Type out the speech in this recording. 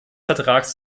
vertrags